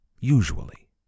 usually